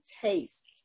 taste